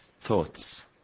thoughts